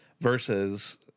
versus